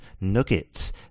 nuggets